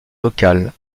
locale